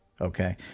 Okay